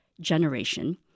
generation